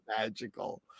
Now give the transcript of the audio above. Magical